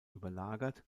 überlagert